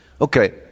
Okay